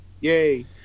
yay